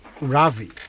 Ravi